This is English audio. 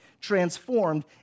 transformed